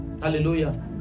Hallelujah